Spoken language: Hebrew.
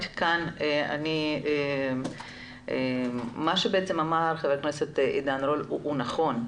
מה שבעצם אמר חבר הכנסת עידן רול זה נכון.